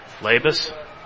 Labus